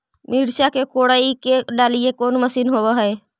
मिरचा के कोड़ई के डालीय कोन मशीन होबहय?